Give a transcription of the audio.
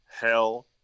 hell